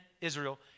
Israel